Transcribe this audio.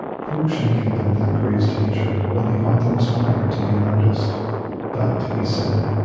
cruikshank had been thackeray's teacher when the author aspired to be an artist but, he said,